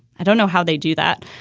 i don't know how they do that.